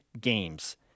games